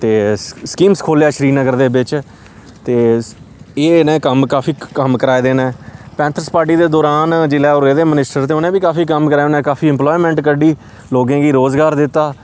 ते स्कीम्स खोह्लेआ श्रीनगर दे बिच ते एह् इनें कम्म काफी कम्म कराए दे न पैंथस पार्टी दे दौरान जेल्लै ओह् रेह्दे मिनिस्टर ते उ'नें बी काफी कम्म कराए ने काफी उनें काफी इम्प्लॉयमैंट कड्ढी लोकें गी रोजगार दिता